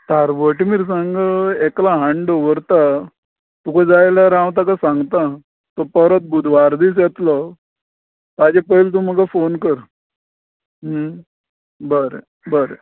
तारवोटी मिरसांगो एकलो हाण्ण दोवरता तुका जाय जाल्यार हांव ताका सांगता तूं परत बुदवार दीस येतलो ताचे पयलीं तूं म्हाका फोन कर बरें बरें